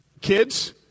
Kids